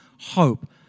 hope